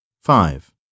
Five